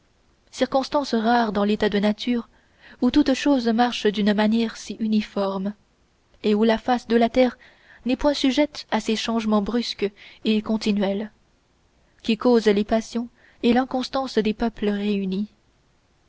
circonstances rares dans l'état de nature où toutes choses marchent d'une manière si uniforme et où la face de la terre n'est point sujette à ces changements brusques et continuels qu'y causent les passions et l'inconstance des peuples réunis